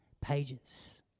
pages